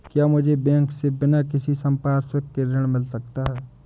क्या मुझे बैंक से बिना किसी संपार्श्विक के ऋण मिल सकता है?